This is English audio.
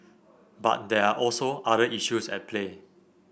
but there are also other issues at play